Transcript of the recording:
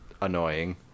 annoying